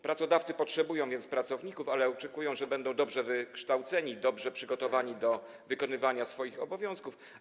Pracodawcy potrzebują więc pracowników, ale oczekują, że będą dobrze wykształceni, dobrze przygotowani do wykonywania swoich obowiązków.